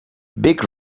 big